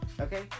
Okay